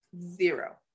zero